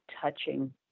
touching